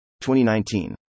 2019